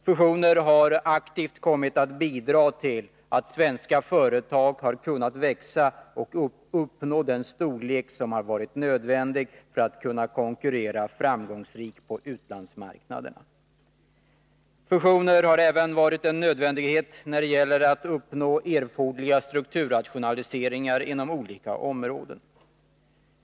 Fusioner har aktivt kommit att bidra till att svenska företag har kunnat växa och uppnå nödvändig storlek för att framgångsrikt kunna konkurrera på utlandsmarknaden. Fusioner har även varit en nödvändighet när det gällt att uppnå erforderliga strukturrationaliseringar inom olika områden.